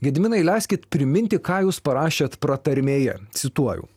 gediminai leiskit priminti ką jūs parašėt pratarmėje cituoju